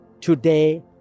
today